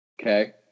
Okay